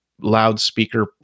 loudspeaker